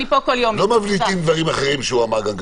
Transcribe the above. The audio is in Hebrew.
לא מבליטים דברים אחרים שהוא אמר גם.